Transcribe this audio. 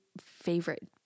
Favorite